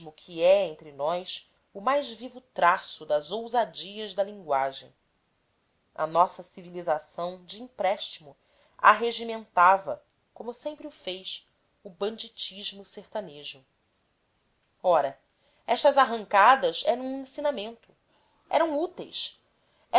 que é entre nós o mais vivo traço das ousadias da linguagem a nossa civilização de empréstimo arregimentava como sempre o fez o banditismo sertanejo ora estas arrancadas eram um ensinamento eram úteis